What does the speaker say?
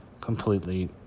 completely